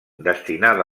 destinada